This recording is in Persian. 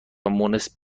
مونس